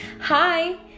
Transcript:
hi